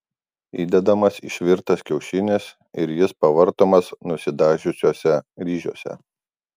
įdedamas išvirtas kiaušinis ir jis pavartomas nusidažiusiuose ryžiuose